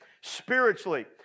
spiritually